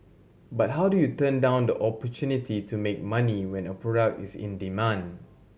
but how do you turn down the opportunity to make money when a product is in demand